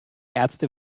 ärzte